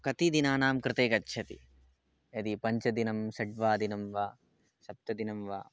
कति दिनानां कृते गच्छति यदि पञ्च दिनानि षड् वा दिनानि वा सप्त दिनानि वा